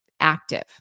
active